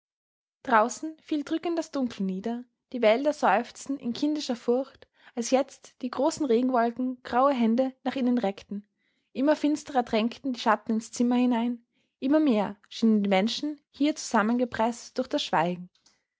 draußen fiel drückend das dunkel nieder die wälder seufzten in kindischer furcht als jetzt die großen regenwolken graue hände nach ihnen reckten immer finstrer drängten die schatten ins zimmer hinein immer mehr schienen die menschen hier zusammengepreßt durch das schweigen